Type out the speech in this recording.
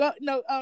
No